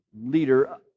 leader